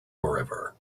forever